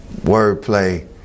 wordplay